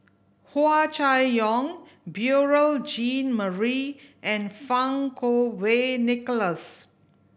Hua Chai Yong Beurel Jean Marie and Fang Kuo Wei Nicholas